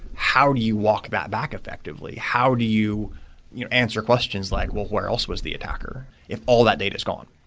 how do you walk that back effectively? how do you you know answer questions like, where else was the attacker? if all that data is gone?